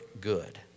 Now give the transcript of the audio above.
good